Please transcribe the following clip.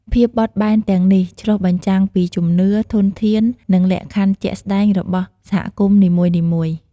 ភាពបត់បែនទាំងនេះឆ្លុះបញ្ចាំងពីជំនឿ ធនធាន និងលក្ខខណ្ឌជាក់ស្តែងរបស់សហគមន៍នីមួយៗ។